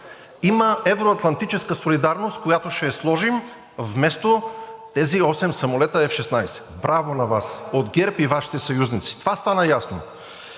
Има евро-атлантическа солидарност, която ще я сложим вместо тези осем самолета F-16. Браво на Вас от ГЕРБ и Вашите съюзници! Това стана ясно.